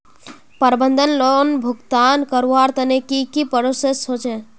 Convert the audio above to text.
प्रबंधन लोन भुगतान करवार तने की की प्रोसेस होचे?